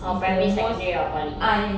oh primary secondary or poly ah